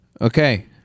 Okay